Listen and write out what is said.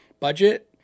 budget